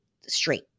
straight